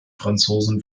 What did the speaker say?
franzosen